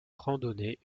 randonnée